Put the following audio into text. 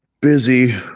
busy